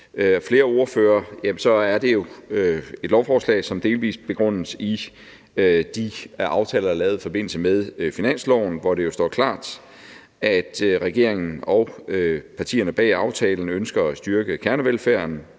flere ordførere et lovforslag, som delvis begrundes i de aftaler, der er lavet i forbindelse med finansloven, hvor det står klart, at regeringen og partierne bag aftalen ønsker at styrke kernevelfærden,